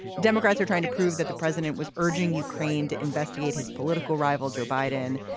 democrats are trying to prove that the president was urging ukraine to investigate his political rival, joe biden,